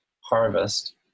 harvest